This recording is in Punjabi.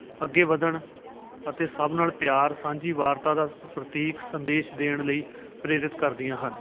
ਅੱਗੇ ਵਧਣ ਅਤੇ ਸਭ ਨਾਲ ਪਿਆਰ ਸਾਂਝੀਵਾਲਤਾ ਦਾ ਪ੍ਰਤੀਕ ਸੰਦੇਸ਼ ਦੇਣ ਲਈ ਪ੍ਰੇਰਿਤ ਕਰਦੀਆਂ ਹਨ